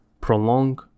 prolong